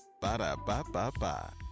Ba-da-ba-ba-ba